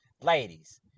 ladies